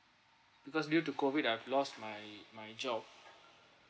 because due to COVID I've lost my my job